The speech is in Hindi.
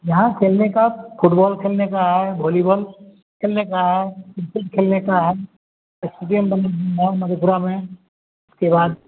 यहाँ खेलने का फुटबॉल खेलने का है भौलीबाॅल खेलने का है क्रिकेट खेलने का है स्टेडियम बन रहा मधेपुरा में उसके बाद